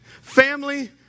Family